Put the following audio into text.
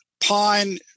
pine